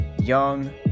Young